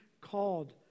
called